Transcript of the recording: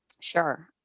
Sure